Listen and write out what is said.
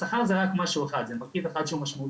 השכר זה רק מרכיב אחד שמשמעותי,